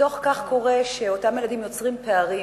מתוך כך קורה שאותם ילדים יוצרים פערים,